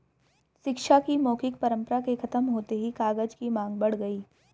शिक्षा की मौखिक परम्परा के खत्म होते ही कागज की माँग बढ़ गई